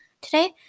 Today